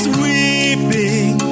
weeping